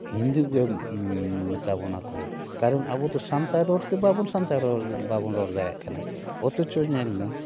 ᱦᱤᱱᱫᱩ ᱢᱮᱛᱟ ᱵᱚᱱᱟ ᱠᱚ ᱠᱟᱨᱚᱱ ᱟᱵᱚᱫᱚ ᱥᱟᱱᱛᱲ ᱨᱚᱲ ᱛᱮ ᱵᱟᱵᱚᱱ ᱥᱟᱱᱛᱟᱲ ᱨᱚᱲ ᱵᱟᱵᱚᱱ ᱨᱚᱲ ᱫᱟᱲᱮᱭᱟᱜ ᱠᱟᱱᱟ ᱚᱛᱷᱚᱪᱚ ᱧᱮᱞᱢᱮ